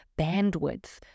bandwidth